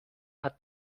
hat